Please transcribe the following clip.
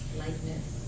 lightness